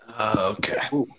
okay